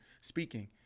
speaking